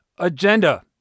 Agenda